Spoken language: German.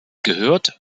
gehört